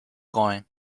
going